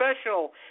special